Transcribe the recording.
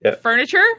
furniture